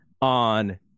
on